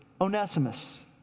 Onesimus